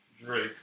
Drake